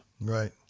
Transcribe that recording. Right